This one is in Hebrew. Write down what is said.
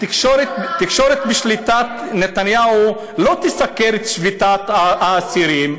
התקשורת בשליטת נתניהו לא תסקר את שביתת האסירים,